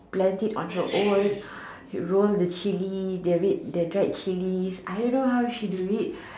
blend it on her own she roll the chilli the red the dried chilli I don't know how she do it